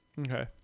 okay